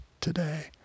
today